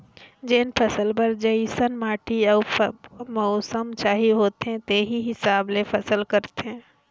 जेन फसल बर जइसन माटी अउ मउसम चाहिए होथे तेही हिसाब ले फसल करथे